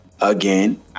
again